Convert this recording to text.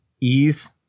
Ease